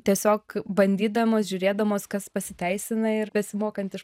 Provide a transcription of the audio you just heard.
tiesiog bandydamos žiūrėdamos kas pasiteisina ir besimokant iš